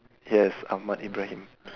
yes Ahmad-Ibrahim